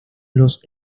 los